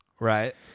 Right